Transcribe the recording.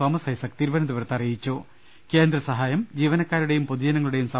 Thomas Isaac തിരുവനന്തപുരത്ത് അറി കേന്ദ്രസഹായം ജീവനക്കാരുടെയും പൊതുജനങ്ങളു യിച്ചു